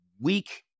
weak